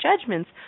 judgments